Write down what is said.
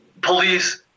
police